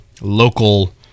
local